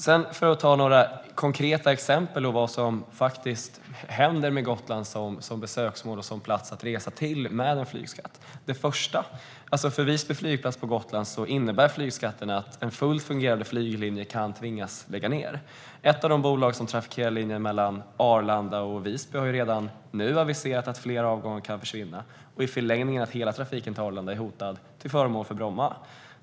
Jag ska ta några konkreta exempel på vad som faktiskt händer med Gotland som besöksmål och plats att resa till med en flygskatt. Först och främst innebär flygskatten att en fullt fungerande flyglinje kan tvingas lägga ned på Visby flygplats på Gotland. Ett av de bolag som trafikerar linjen mellan Arlanda och Visby har ju redan nu aviserat att flera avgångar kan försvinna och i förlängningen att hela trafiken till Arlanda är hotad, till förmån för trafiken till Bromma.